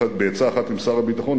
בעצה אחת עם שר הביטחון,